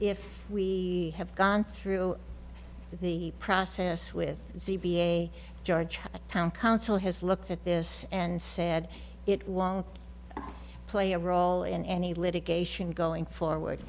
if we have gone through the process with a georgia town council has looked at this and said it won't play a role in any litigation going forward